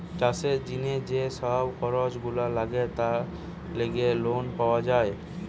চাষের জিনে যে সব খরচ গুলা লাগে তার লেগে লোন পাওয়া যায়